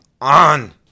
on